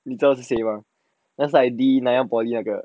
你知道是谁 mah 他 start with D 是 nanyang polytechnic 那个